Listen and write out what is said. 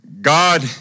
God